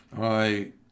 I—